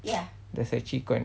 ya that's actually quite